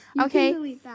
okay